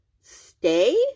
stay